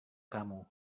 kamu